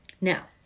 Now